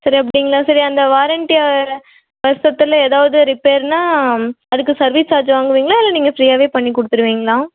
சரி அப்படிங்களா சரி அந்த வாரண்ட்டியில் வருசத்தில் ஏதாவது ரிப்பேர்னால் அதுக்கு சர்வீஸ் சார்ஜ் வாங்குவீங்களா இல்லை நீங்கள் ஃப்ரீயாகவே பண்ணிக் கொடுத்துருவிங்களா